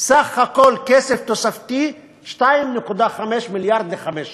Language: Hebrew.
סך הכול כסף תוספתי: 2.5 מיליארד לחמש שנים.